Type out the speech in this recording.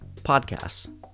Podcasts